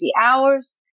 hours